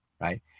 right